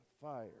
fire